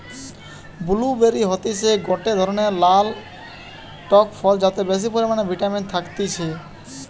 blue বেরি হতিছে গটে ধরণের টক ফল যাতে বেশি পরিমানে ভিটামিন থাকতিছে